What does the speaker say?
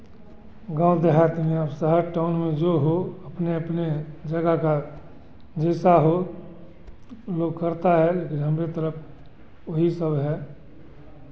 गाँव देहात में अब शहर टाउन में जो हो अपने अपने जगह का जैसा हो लोग करता हे लेकिन हमरे तरफ़ वही सब है